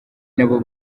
nabo